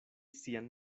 sian